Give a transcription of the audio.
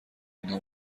اینها